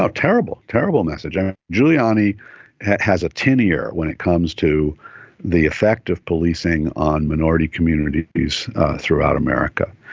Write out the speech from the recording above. ah terrible, a terrible message. i mean, giuliani has a tin ear when it comes to the effect of policing on minority communities throughout america.